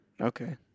Okay